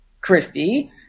Christy